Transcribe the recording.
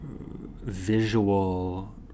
visual